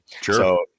Sure